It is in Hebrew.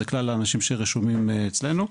זה כלל האנשים שרשומים אצלנו.